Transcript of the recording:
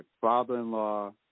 father-in-law